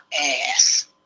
ass